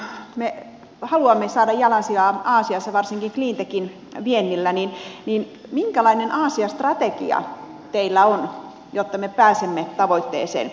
kun me haluamme saada jalansijaa aasiassa varsinkin cleantechin viennillä niin minkälainen aasia strategia teillä on jotta me pääsemme tavoitteeseen